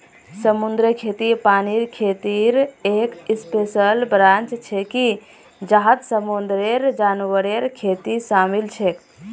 समुद्री खेती पानीर खेतीर एक स्पेशल ब्रांच छिके जहात समुंदरेर जानवरेर खेती शामिल छेक